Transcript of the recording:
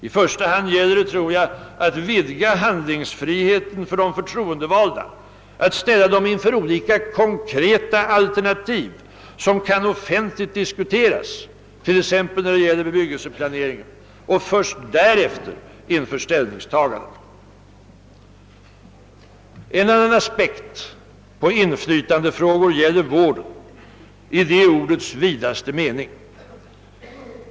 I första hand gäller det — tror jag — att vidga handlingsfriheten för de förtroen .devalda, att ställa dem inför olika konkreta alternativ som kan offentligt diskuteras, t.ex. när det gäller bebyggelseplanering, och först därefter inför ställningstaganden. En annan aspekt på inflytandefrågor gäller vård i det ordets vidaste mening.